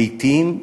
לעתים,